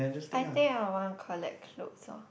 I think I want collect clothes lor